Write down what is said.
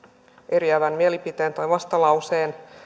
eriävän mielipiteen tai vastalauseen